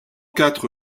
quatre